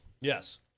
Yes